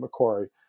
Macquarie